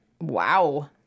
Wow